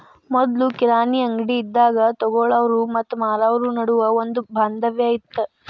ಮೊದ್ಲು ಕಿರಾಣಿ ಅಂಗ್ಡಿ ಇದ್ದಾಗ ತೊಗೊಳಾವ್ರು ಮತ್ತ ಮಾರಾವ್ರು ನಡುವ ಒಂದ ಬಾಂಧವ್ಯ ಇತ್ತ